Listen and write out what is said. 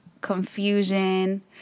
confusion